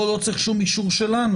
פה לא צריך שום אישור שלנו.